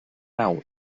nau